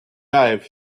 dive